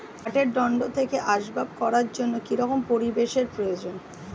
পাটের দণ্ড থেকে আসবাব করার জন্য কি রকম পরিবেশ এর প্রয়োজন?